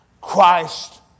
Christ